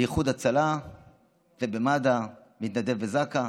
באיחוד הצלה ובמד"א, מתנדב בזק"א,